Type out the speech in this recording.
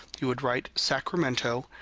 you would write sacramento,